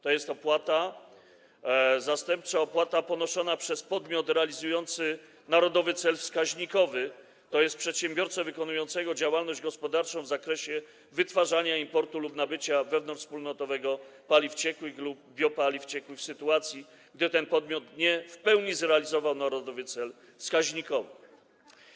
To jest zastępcza opłata ponoszona przez podmiot realizujący narodowy cel wskaźnikowy, tj. przedsiębiorcę wykonującego działalność gospodarczą w zakresie wytwarzania, importu lub nabycia wewnątrzwspólnotowego paliw ciekłych lub biopaliw ciekłych, w sytuacji gdy ten podmiot nie w pełni zrealizował narodowy cel wskaźnikowy.